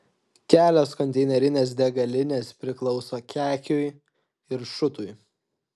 kelios konteinerinės degalinės priklauso kekiui ir šutui